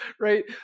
right